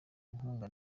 inkunga